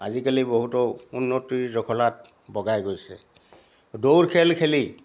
আজিকালি বহুতো উন্নতিৰ জখলাত বগাই গৈছে দৌৰখেল খেলি